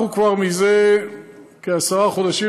אנחנו כבר זה כעשרה חודשים,